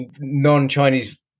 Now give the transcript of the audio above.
non-Chinese